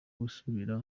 gusubira